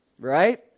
right